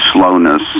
slowness